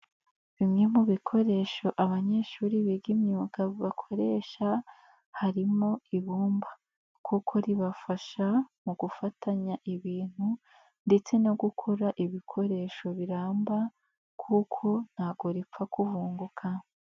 Bimwe mu bikoresho abanyeshuri biga imyuga bakoresha harimo ibumba kuko ribafasha mu gufatanya ibintu ndetse no gukora ibikoresho biramba kuko ntago ripfa kuvunguka.